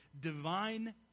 divine